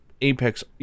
Apex